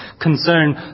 concern